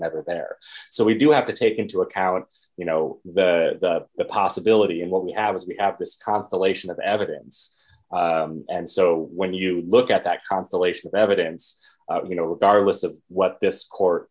never there so we do have to take into account you know the possibility and what we have is we at this constellation of evidence and so when you look at that constellation of evidence you know regardless of what this court